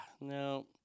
No